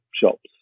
shops